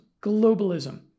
globalism